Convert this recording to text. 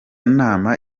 nama